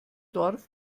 dorf